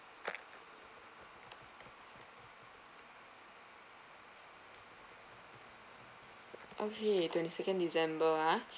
okay twenty second december ah